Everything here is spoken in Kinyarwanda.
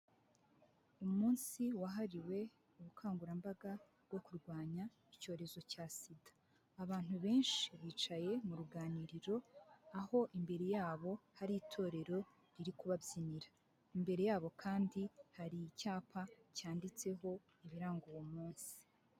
Umunsi wahariwe ubukangurambaga bwo kurwanya icyorezo cya SIDA. Abantu benshi bicaye mu ruganiriro, aho imbere yabo, hari itorero riri kubabyinira. Imbere yabo kandi hari icyapa cyanditseho ibiranga uwo munsi.